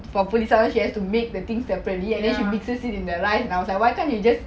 for puli sadam satham she has to make the thing seperately and then she mixes it in the rice and I was like why can't you just